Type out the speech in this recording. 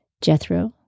Jethro